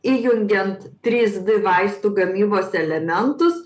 įjungiant trys d vaistų gamybos elementus